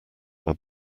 are